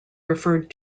referred